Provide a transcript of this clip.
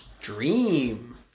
Dream